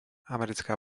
americká